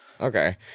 okay